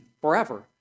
Forever